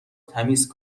تمیز